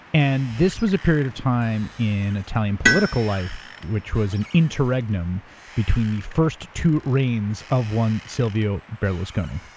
and this was a period of time in italian political life which was an interregnum between the first two reigns of one silvio berlusconi.